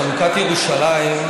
חלוקת ירושלים,